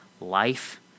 life